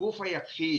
הגוף היחיד